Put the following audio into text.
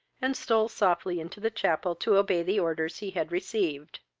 and stole softly into the chapel to obey the orders he had received.